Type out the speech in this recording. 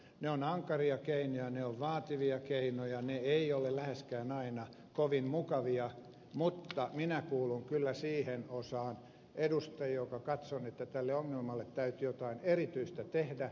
ne ovat ankaria keinoja ne ovat vaativia keinoja ne eivät ole läheskään aina kovin mukavia mutta minä kuulun kyllä siihen osaan edustajia joka katsoo että tälle ongelmalle täytyy jotain erityistä tehdä